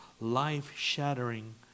life-shattering